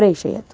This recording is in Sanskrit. प्रेषयतु